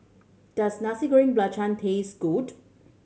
does Nasi Goreng Belacan taste good